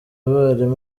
abarimu